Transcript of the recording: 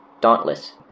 Dauntless